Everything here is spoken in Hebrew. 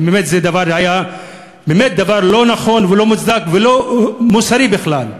ובאמת זה היה באמת דבר לא נכון ולא מוצדק ולא מוסרי בכלל.